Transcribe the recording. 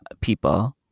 people